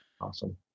Awesome